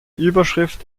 überschrift